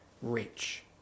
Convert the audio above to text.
Rich